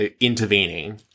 intervening